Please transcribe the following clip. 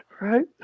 Right